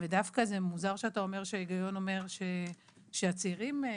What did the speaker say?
ודווקא זה מוזר שאתה אומר שההיגיון אומר שצעירים יתאבדו,